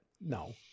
no